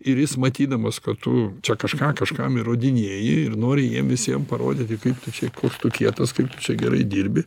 ir jis matydamas kad tu čia kažką kažkam įrodinėji ir nori jiem visiem parodyti kaip tu čia koks tu kietas kaip tu čia gerai dirbi